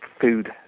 food